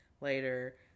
later